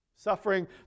Suffering